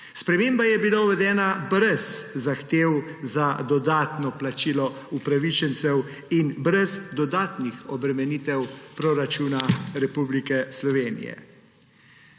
Sprememba je bila uvedena brez zahtev za dodatno plačilo upravičencev in brez dodatnih obremenitev proračuna Republike Slovenije.